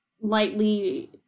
lightly